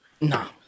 No